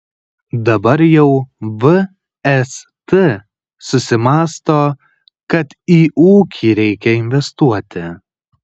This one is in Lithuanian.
dabar jau vst susimąsto kad į ūkį reikia investuoti